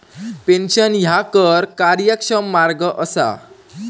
pension ह्या कर कार्यक्षम मार्ग असा